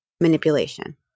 manipulation